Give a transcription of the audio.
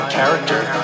character